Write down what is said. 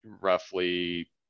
roughly